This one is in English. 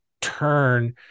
turn